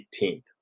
18th